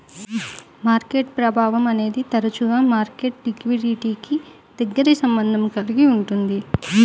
market ప్రభావం అనేది తరచుగా మార్కెట్ లిక్విడిటీకి దగ్గరి సంబంధం కలిగి ఉంటుంది